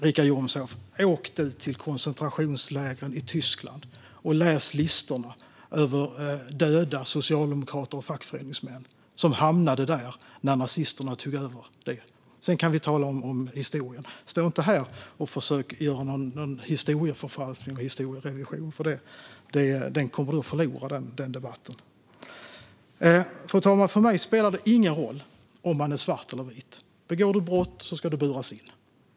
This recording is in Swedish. Richard Jomshof, åk till koncentrationslägren i Tyskland och läs listorna över döda socialdemokrater och fackföreningsmän som hamnade där när nazisterna tog över! Sedan kan vi tala om historien. Stå inte här och försök göra någon historieförfalskning, historierevision, för den debatten kommer du att förlora. Fru talman! För mig spelar det ingen roll om man är svart eller vit. Begår du brott ska du buras in.